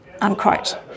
Unquote